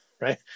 right